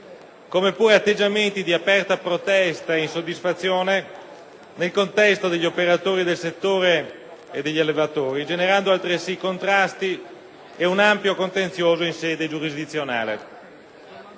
come pure atteggiamenti di aperta protesta e insoddisfazione nel contesto degli operatori del settore e degli allevatori, generando altresì contrasti ed un ampio contenzioso in sede giurisdizionale.